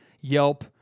Yelp